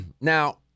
Now